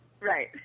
right